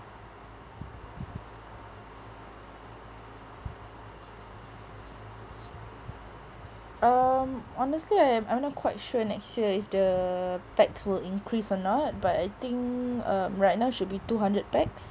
um honestly I'm I'm not quite sure next year if the pax will increase or not but I think um right now should be two hundred pax